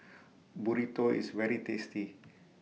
Burrito IS very tasty